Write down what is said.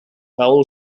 bowl